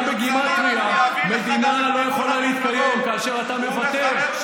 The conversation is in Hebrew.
גם בגימטרייה מדינה לא יכולה להתקיים כאשר אתה מוותר,